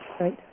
Right